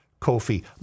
Kofi